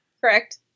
Correct